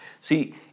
See